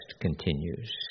continues